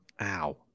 ow